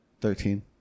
Thirteen